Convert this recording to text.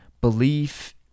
belief